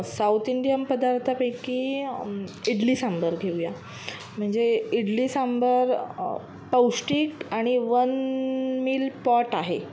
south Indian पदार्थापैकी इडली सांबर घेऊया म्हणजे इडली सांबर पौष्टिक आणि वन मील पॉट आहे